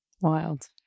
Wild